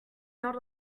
not